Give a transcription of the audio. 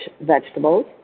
vegetables